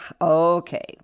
okay